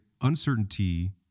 uncertainty